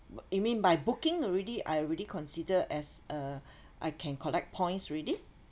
you mean by booking already I already consider as a I can collect points already